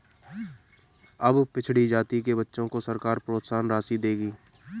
अब पिछड़ी जाति के बच्चों को सरकार प्रोत्साहन राशि देगी